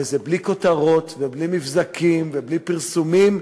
וזה בלי כותרות ובלי מבזקים ובלי פרסומים,